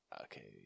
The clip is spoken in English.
Okay